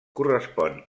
correspon